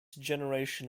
generation